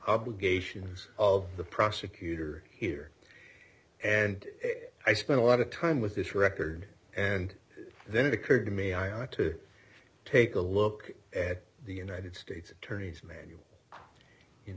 obligations of the prosecutor here and i spent a lot of time with this record and then it occurred to me i ought to take a look at the united states attorney's man